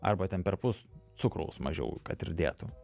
arba ten perpus cukraus mažiau kad ir dėtų